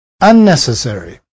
Unnecessary